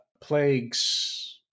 plagues